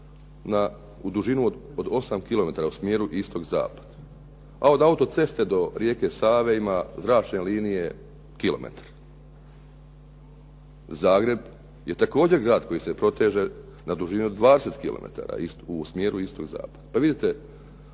u dužinu od 8 kilometara u smjeru istok-zapad, a od autoceste do rijeke Save ima zračne linije kilometar. Zagreb je također grad koji se proteže na dužino od 20 kilometara u smjeru istok-zapad.